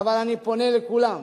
אבל אני פונה אל כולם: